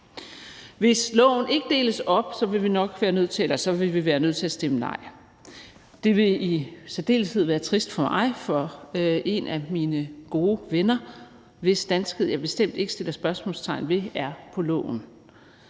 Hvis lovforslaget ikke deles op, vil vi være nødt til at stemme nej. Det vil i særdeleshed være trist for mig, for en af mine gode venner, hvis danskhed jeg bestemt ikke sætter spørgsmålstegn ved, er på loven,